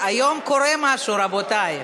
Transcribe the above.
היום קורה משהו, רבותי.